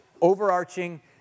overarching